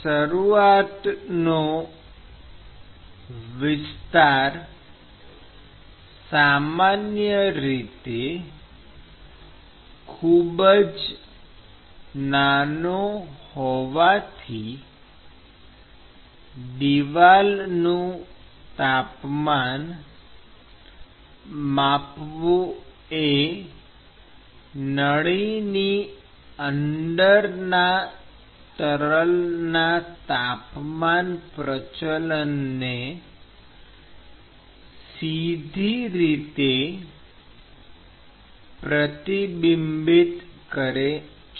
શરૂઆતનો વિસ્તાર સામાન્ય રીતે ખૂબ જ નાનો હોવાથી દિવાલનું તાપમાન માપવું એ નળીની અંદરના તરલના તાપમાન પ્રચલનને સીધી રીતે પ્રતિબિંબિત કરે છે